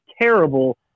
terrible